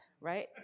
right